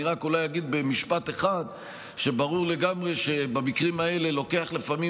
אני רק אולי אגיד במשפט אחד שברור לגמרי שבמקרים האלה לוקח לפעמים